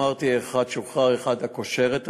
אחד שוחרר ואחד הקושר את עצמו.